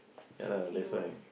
ya lah that's why